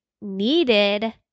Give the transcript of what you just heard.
needed